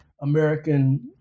American